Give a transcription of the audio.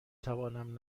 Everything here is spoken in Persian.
توانم